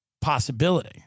possibility